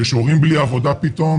שיש הורים בלי עבודה פתאום,